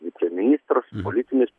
viceministras politinis